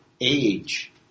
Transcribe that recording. age